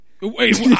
Wait